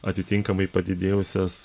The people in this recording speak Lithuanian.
atitinkamai padidėjusias